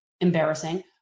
embarrassing